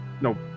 no